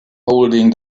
holding